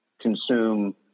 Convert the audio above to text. consume